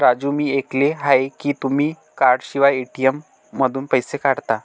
राजू मी ऐकले आहे की तुम्ही कार्डशिवाय ए.टी.एम मधून पैसे काढता